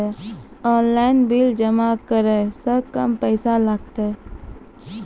Online bill जमा करै से कम पैसा लागतै?